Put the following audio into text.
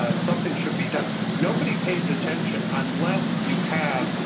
ah something should be done nobody pays attention unless you have